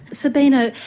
sabina,